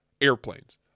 airplanes